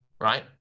right